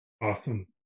Awesome